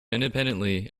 independently